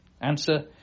Answer